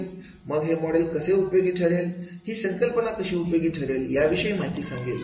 मग हे मॉडेल कसे उपयोगी ठरेल ही संकल्पना कशी उपयोगी ठरेल या विषयी माहिती सांगेल